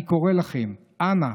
אני קורא לכם: אנא,